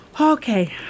Okay